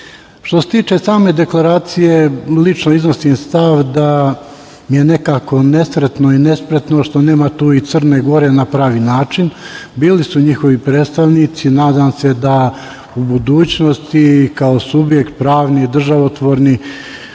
se tiče same deklaracije, lično iznosim stav da mi je nekako nesretno i nespretno što nema tu i Crne Gore na pravi način. Bili su njihovi predstavnici. Nadam se da u budućnosti kao subjekt pravni i državotvorni